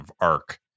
arc